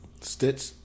stitch